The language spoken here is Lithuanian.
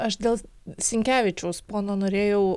aš dėl sinkevičiaus pono norėjau